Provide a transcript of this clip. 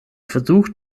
versuch